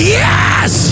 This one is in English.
yes